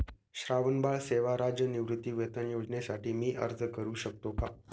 श्रावणबाळ सेवा राज्य निवृत्तीवेतन योजनेसाठी मी अर्ज करू शकतो का?